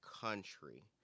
country